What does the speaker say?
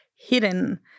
hidden